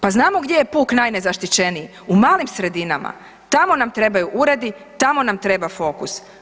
Pa znamo gdje je puk najnezaštićeniji u malim sredinama, tamo nam trebaju uredi, tamo nam treba fokus.